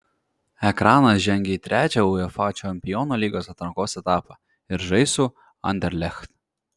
ekranas žengė į trečią uefa čempionų lygos atrankos etapą ir žais su anderlecht